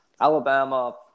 Alabama